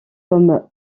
comme